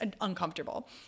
uncomfortable